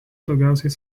daugiausiai